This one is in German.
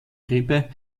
grippe